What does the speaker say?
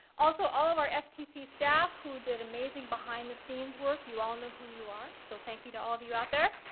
also, all of our ftc staff who did amazing behind-the-scenes work. you all know who you are. so thank you to all of you out there.